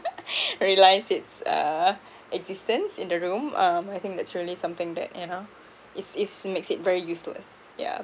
realise it's uh existence in the room um I think that's really something that you know it's it's makes it very useless yeah